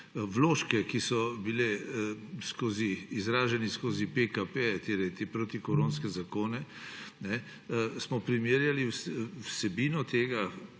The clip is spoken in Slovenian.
vložke, ki so bili izraženi skozi PKP, te protikoronske zakone, smo primerjali vsebino tega